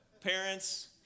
parents